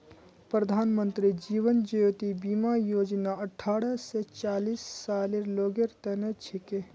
प्रधानमंत्री जीवन ज्योति बीमा योजना अठ्ठारह स पचास सालेर लोगेर तने छिके